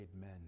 men